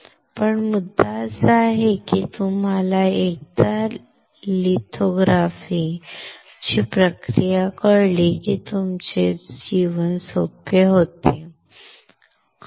पण मुद्दा असा आहे की एकदा तुम्हाला लिथोग्राफीची प्रक्रिया कळली की तुमचे जीवन सोपे होते अत्यंत सोपे होते